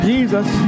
Jesus